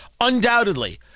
undoubtedly